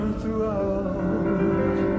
throughout